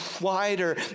wider